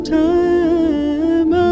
time